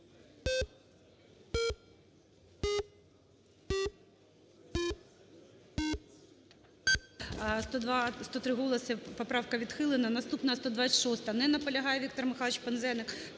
103 голоси. Поправка відхилена. Наступна – 126-а. Не наполягає Віктор Михайлович Пинзеник.